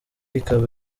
ikaba